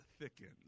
thickens